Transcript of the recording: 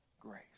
grace